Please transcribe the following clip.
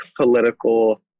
political